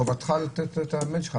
חובתך לתת את המייל שלך.